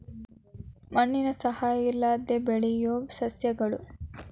ಮಣ್ಣಿನ ಸಹಾಯಾ ಇಲ್ಲದ ಬೆಳಿಯು ಸಸ್ಯಗಳು